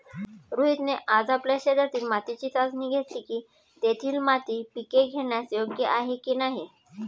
रोहितने आज आपल्या शेतातील मातीची चाचणी घेतली की, तेथील माती पिके घेण्यास योग्य आहे की नाही